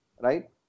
right